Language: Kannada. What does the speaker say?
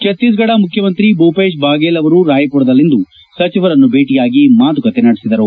ಛತ್ತೀಸ್ಗಡ ಮುಖ್ಯಮಂತ್ರಿ ಭೂವೇಶ್ ಬಾಗೇಲ್ ಅವರು ರಾಯ್ಪುರದಲ್ಲಿಂದು ಸಚಿವರನ್ತು ಭೇಟಿಯಾಗಿ ಮಾತುಕತೆ ನಡೆಸಿದರು